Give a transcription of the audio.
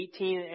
18